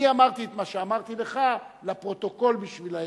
אני אמרתי את מה שאמרתי לך לפרוטוקול, בשבילם.